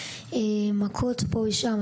ומכות פה ושם,